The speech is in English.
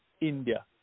india